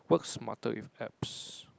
works smarter with apps